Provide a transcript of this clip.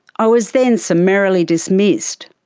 i was then summarily dismissed.